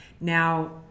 Now